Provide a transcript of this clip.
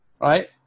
right